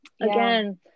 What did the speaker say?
Again